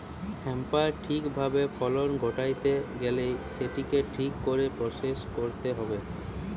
হেম্পের ঠিক ভাবে ফলন ঘটাইতে গেইলে সেটিকে ঠিক করে প্রসেস কইরতে হবে